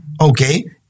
Okay